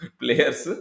players